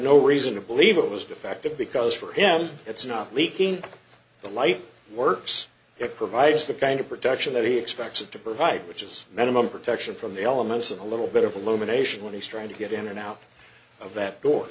no reason to believe it was defective because for him it's not leaking the life works it provides the kind of protection that he expects it to provide which is minimum protection from the elements of a little bit of a lumination when he's trying to get in and out of that door